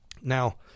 Now